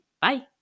Bye